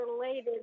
related